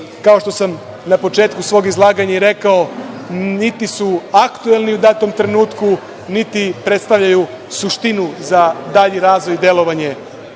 kao što sam na početku svog izlaganja i rekao, niti su aktuelni u datom trenutku, niti predstavljaju suštinu za dalji razvoj i delovanje